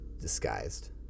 disguised